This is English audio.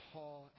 Paul